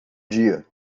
dia